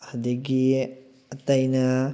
ꯑꯗꯒꯤ ꯑꯇꯩꯅ